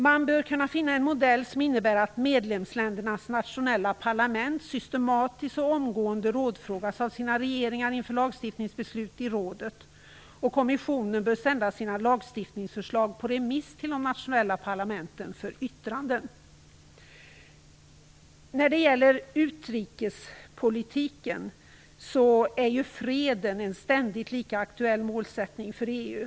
Man bör kunna finna en modell som innebär att medlemsländernas nationella parlament systematiskt och omgående rådfrågas av sina regeringar inför lagstiftningsbeslut i rådet. Kommissionen bör sända sina lagstiftningsförslag på remiss till de nationella parlamenten för yttranden. Freden är en ständigt lika aktuell målsättning för utrikespolitiken inom EU.